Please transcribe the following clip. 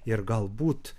ir galbūt